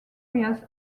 areas